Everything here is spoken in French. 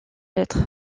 lettres